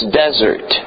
desert